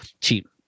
cheap